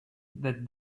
that